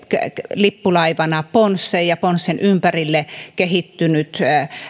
lippulaivana ponsse ja ponssen ympärille kehittynyt